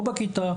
או בכיתה,